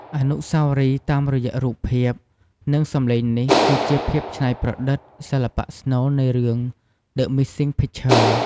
អនុស្សាវរីយ៍តាមរយៈរូបភាព និងសំឡេងនេះគឺជាភាពច្នៃប្រឌិតសិល្បៈស្នូលនៃ រឿង "The Missing Picture"។